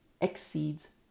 exceeds